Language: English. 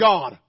God